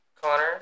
Connor